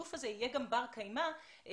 שהתעדוף הזה יהיה גם בר קיימא ויתכתב